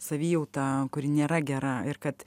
savijautą kuri nėra gera ir kad